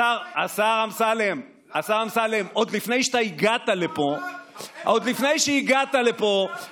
השר אמסלם, השר אמסלם, עוד לפני שאתה הגעת לפה